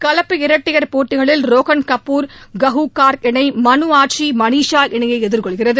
கலப்பு இரட்டையர் போட்டிகளில் ரோஹன் கப்பூர் குஹூ கார்க் இணை மலு ஆத்ரி மளீஷா இணையை எதிர்கொள்கிறது